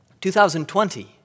2020